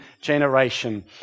generation